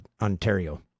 Ontario